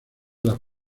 las